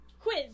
quiz